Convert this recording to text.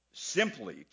simply